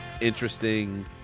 interesting